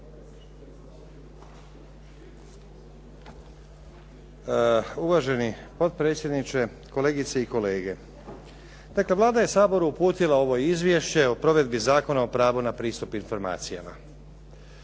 Uvaženi potpredsjedniče, kolegice i kolege. Dakle, Vlada je Saboru uputila ovo izvješće o provedbi Zakona o pravu na pristup informacijama.